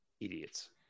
Idiots